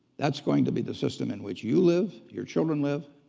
that's going to be the system in which you live, your children live,